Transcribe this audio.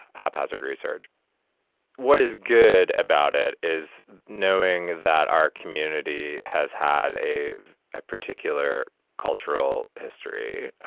haphazard research what is good about it is knowing that our community has had a ah particular cultural history,